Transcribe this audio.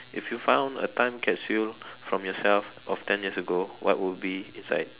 if you found a time capsule from yourself of ten years ago what would be inside